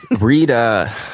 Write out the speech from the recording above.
Read